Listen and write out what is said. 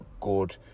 good